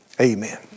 amen